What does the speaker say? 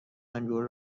انگور